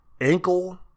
ankle